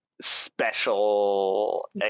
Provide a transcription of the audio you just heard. special